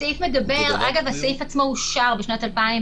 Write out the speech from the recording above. הסעיף עצמו אושר בשנת 2015,